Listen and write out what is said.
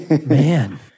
Man